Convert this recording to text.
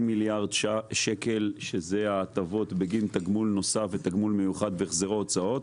מיליארד שקלים שהם ההטבות בגין תגמול נוסף ותגמול מיוחד בהחזר הוצאות.